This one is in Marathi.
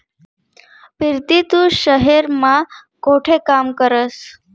पिरती तू शहेर मा कोठे काम करस?